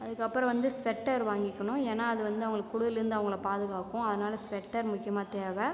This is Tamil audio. அதுக்கு அப்புறம் வந்து ஸ்வெட்டெர் வாங்கிக்கனும் ஏன்னா அது வந்து அவங்களை குளுர்லருந்து அவங்களை பாதுகாக்கும் அதனால் ஸ்வெட்டெர் முக்கியமாக தேவை